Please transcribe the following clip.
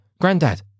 granddad